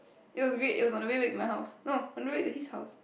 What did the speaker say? it was great it was on the way back to my house no on the way to his house